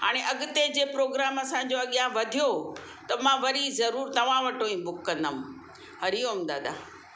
हाणे अॻिते जे प्रोग्राम असांजो अॻियां वधियो त मां वरी ज़रूर तव्हां वटां ई बुक कंदमि हरिओम दादा